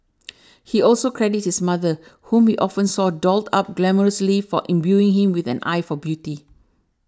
he also credits his mother whom he often saw dolled up glamorously for imbuing him with an eye for beauty